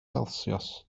celsius